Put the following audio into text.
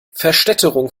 verstädterung